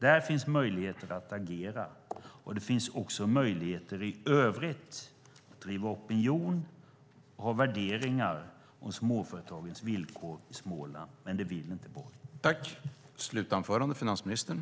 Där finns möjligheter att agera, och det finns också möjligheter i övrigt att driva opinion och ha värderingar om småföretagens villkor i Småland. Men det vill inte Borg.